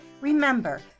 remember